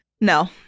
No